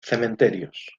cementerios